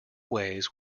ways